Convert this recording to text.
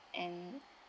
and